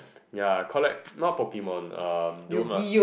ya collect not Pokemon um dual ma~